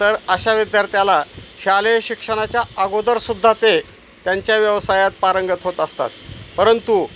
तर अशा विद्यार्थ्याला शालेय शिक्षणाच्या अगोदरसुद्धा ते त्यांच्या व्यवसायात पारंगत होत असतात परंतु